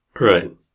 right